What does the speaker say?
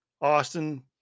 Austin